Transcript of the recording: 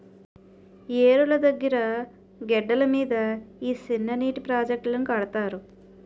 ఏరుల దగ్గిర గెడ్డల మీద ఈ సిన్ననీటి ప్రాజెట్టులను కడతారు